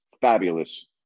fabulous